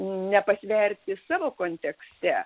nepasverti savo kontekste